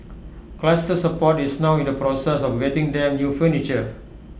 Cluster support is now in the process of getting them new furniture